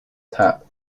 tap